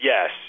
Yes